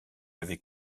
avait